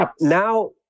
Now